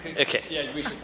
Okay